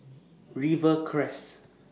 Rivercrest